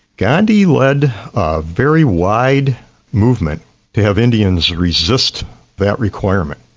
gandhi led a very wide movement to have indians resist that requirement.